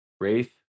Wraith